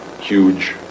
huge